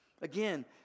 Again